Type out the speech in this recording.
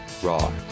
raw